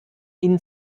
ihnen